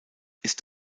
ist